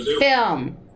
film